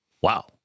Wow